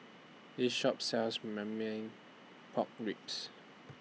This Shop sells Marmite Pork Ribs